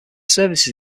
services